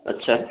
اچھا